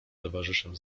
towarzyszem